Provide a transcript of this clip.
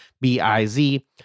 B-I-Z